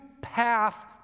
path